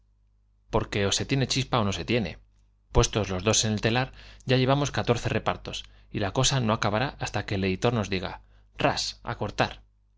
porque ó tiene se chispa ó no se tiene pues tos los dos el telar ya llevamos catorce repartos en y la cosa no acabará hasta que el editor nos diga i ras á cortar